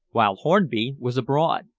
while hornby was abroad.